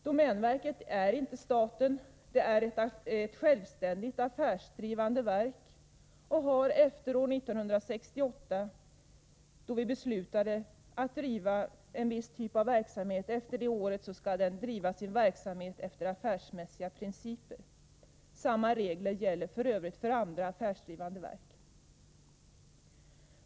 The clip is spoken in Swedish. Domänverket är inte staten — det är ett självständigt, affärsdrivande verk och skall enligt vad vi har beslutat efter år 1968 driva sin verksamhet efter affärsmässiga principer. Samma regler gäller f.ö. för andra affärsdrivande verk.